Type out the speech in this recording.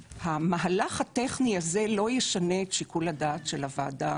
המהלך הטכני הזה לא ישנה את שיקול הדעת של הוועדה